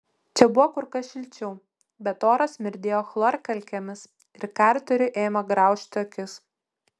čia buvo kur kas šilčiau bet oras smirdėjo chlorkalkėmis ir karteriui ėmė graužti akis